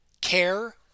Care